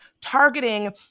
targeting